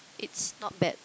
it's not bad